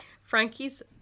Frankie's